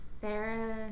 sarah